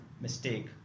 mistake